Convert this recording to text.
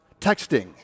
texting